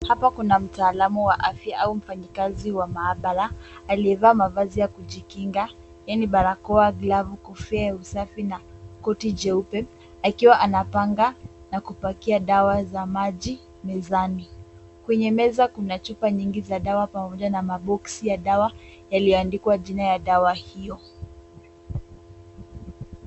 Hapa kuna mtaalamu wa afya au mfanyakazi wa maabara aliyevaa mavazi ya kujikinga yaani barakoa, glavu, kofia ya usafi na koti jeupe akiwa anapanga na kupakia dawa za maji mezani. Kwenye meza kuna chupa nyingi za dawa pamoja na maboksi ya dawa yaliyoandikwa jina ya dawa hiyo.